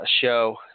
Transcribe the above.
show